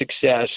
success